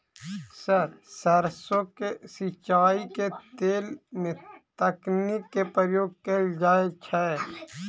Sir सैरसो केँ सिचाई केँ लेल केँ तकनीक केँ प्रयोग कैल जाएँ छैय?